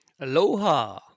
Aloha